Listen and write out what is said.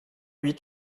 huit